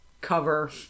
cover